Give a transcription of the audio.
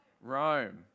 Rome